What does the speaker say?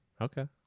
Okay